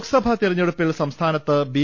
ലോക് Sabha തെ ര ഞ്ഞെ ടു പ്പിൽ സംസ്ഥാനത്ത് ബി